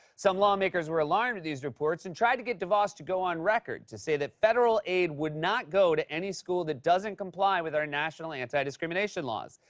some lawmakers were alarmed at these reports and tried to get devos to go on record to say that federal aid would not go to any school that doesn't comply with our national anti-discriminating laws.